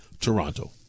Toronto